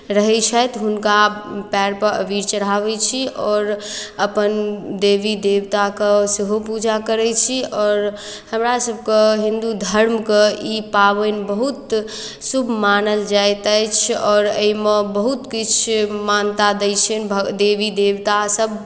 रहै छथि हुनका पएरपर अबीर चढ़ाबै छी आओर अपन देवी देवताके सेहो पूजा करै छी आओर हमरासभके हिन्दू धर्मके ई पाबनि बहुत शुभ मानल जाइत अछि आओर एहिमे बहुत किछु मान्यता दै छनि देवी देवतासभ